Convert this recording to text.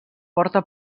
porta